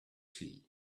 tea